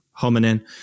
hominin